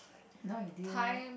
no idea